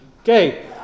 Okay